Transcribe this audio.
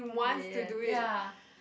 ya ya ya ya